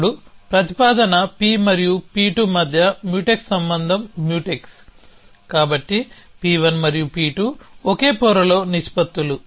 అప్పుడు ప్రతిపాదన P మరియు P2 మధ్య మ్యూటెక్స్ సంబంధం మ్యూటెక్స్ కాబట్టి P1 మరియు P2 ఒకే పొరలో నిష్పత్తులు